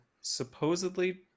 supposedly